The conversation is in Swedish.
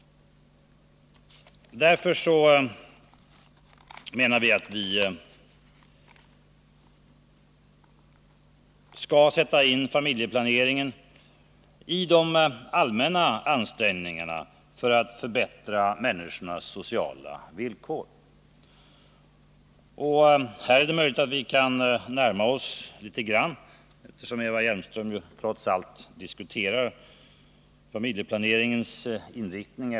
Därför menar vi att vi skall sätta in familjeplaneringen i de allmänna ansträngningarna för att förbättra människors sociala villkor. Här är det möjligt att vi kan närma oss varandra litet grand, eftersom Eva Hjelmström trots allt också diskuterade familjeplaneringens inriktning.